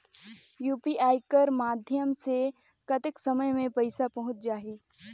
UPI कर माध्यम से कतेक समय मे पइसा पहुंच जाहि?